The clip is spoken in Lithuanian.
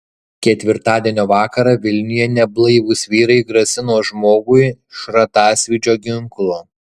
ketvirtadienio vakarą vilniuje neblaivūs vyrai grasino žmogui šratasvydžio ginklu